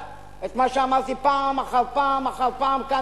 את מה שאמרתי פעם אחר פעם אחר פעם כאן,